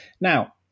Now